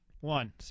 One